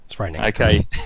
okay